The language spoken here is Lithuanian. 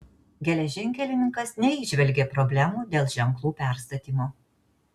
geležinkelininkas neįžvelgė problemų dėl ženklų perstatymo